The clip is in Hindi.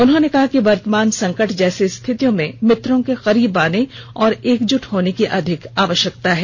उन्होंने कहा कि वर्तमान संकट जैसी स्थितियों में मित्रों के करीब आने और एकजुट होने की अधिक आवश्यकता है